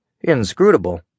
inscrutable